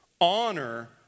Honor